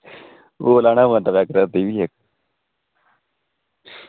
ओह् लाना होऐ पैग रातीं इक